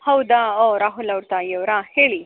ಹೌದಾ ಓಹ್ ರಾಹುಲ್ ಅವ್ರ ತಾಯಿ ಅವರಾ ಹೇಳಿ